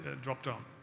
drop-down